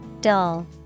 dull